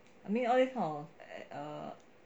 I mean all this kind of err